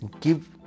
give